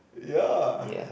ya